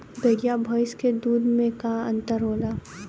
गाय भैंस के दूध में का अन्तर होला?